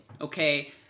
okay